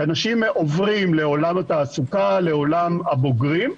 כשאנשים עוברים לעולם התעסוקה, לעולם הבוגרים,